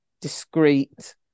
discreet